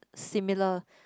similar